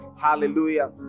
hallelujah